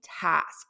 tasks